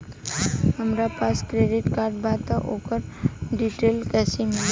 हमरा पास credit card बा त ओकर डिटेल्स कइसे मिली?